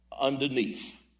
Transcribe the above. underneath